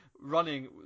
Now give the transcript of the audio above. running